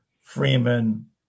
Freeman